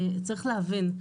צריך להבין,